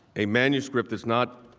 a manuscript is not